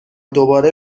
دوباره